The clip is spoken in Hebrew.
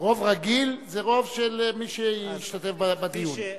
רוב רגיל זה רוב של מי שהשתתף בדיון.